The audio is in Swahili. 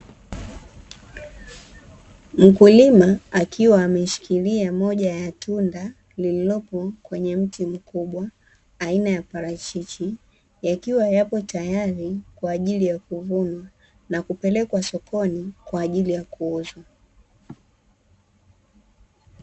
Mkulima akiwa ameshikilia moja ya tunda lililopo kwenye mti mkubwa aina ya parachichi, yakiwa yapo tayari kwa ajili ya kuvuna na kupelekwa sokoni kwa ajili ya kuuzwa.